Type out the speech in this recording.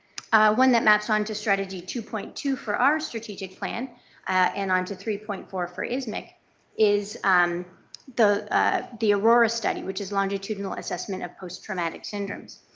one that maps onto strategy two point two for our strategic plan and on to three point four for ismicc is um the ah the aurora study, which is longitudinal assessment of post-traumatic syndromes.